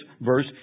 verse